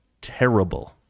terrible